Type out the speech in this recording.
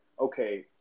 okay